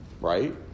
right